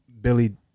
Billy